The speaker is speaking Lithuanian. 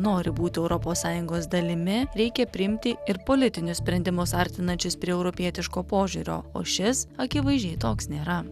nori būti europos sąjungos dalimi reikia priimti ir politinius sprendimus artinančius prie europietiško požiūrio o šis akivaizdžiai toks nėra